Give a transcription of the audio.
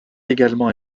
également